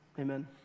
Amen